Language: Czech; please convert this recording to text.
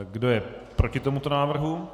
Kdo je proti tomuto návrhu?